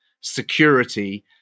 security